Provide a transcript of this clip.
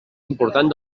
important